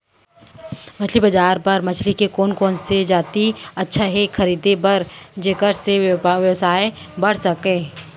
मछली बजार बर मछली के कोन कोन से जाति अच्छा हे खरीदे बर जेकर से व्यवसाय बढ़ सके?